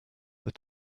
this